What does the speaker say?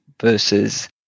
versus